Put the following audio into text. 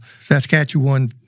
Saskatchewan